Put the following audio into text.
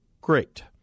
great